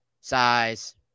size